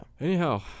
Anyhow